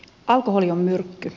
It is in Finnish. alkoholi on myrkky